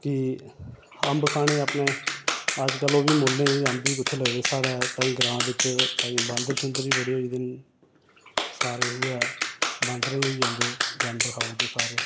कि अम्ब खाने अपने अजकल ओह् बी मुल्लें गै अम्ब बी कुत्थै लभदे साढ़े ग्रांऽ बिच बंदर शुंदर बी बड़े होई गेदे न सारे उ'ऐ बंदरें दी होई जंदे जानवर खाई ओड़दे सारे